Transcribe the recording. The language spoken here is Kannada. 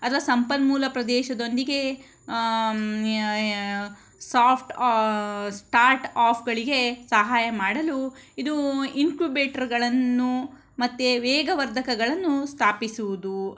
ಅಥವಾ ಸಂಪನ್ಮೂಲ ಪ್ರದೇಶದೊಂದಿಗೆ ಯ್ಯ ಯ್ಯ ಸಾಫ್ಟ್ ಸ್ಟಾರ್ಟ್ ಆಫ್ಗಳಿಗೆ ಸಹಾಯ ಮಾಡಲು ಇದು ಇನ್ಕ್ಯುಬೇಟ್ರ್ಗಳನ್ನು ಮತ್ತು ವೇಗವರ್ಧಕಗಳನ್ನು ಸ್ಥಾಪಿಸುವುದು